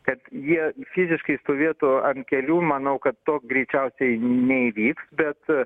kad jie fiziškai stovėtų ant kelių manau kad to greičiausiai neįvyks bet